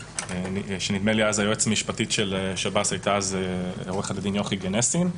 נדמה לי היועצת המשפטית של שב"ס הייתה אז עו"ד יוכי גנסין,